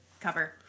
cover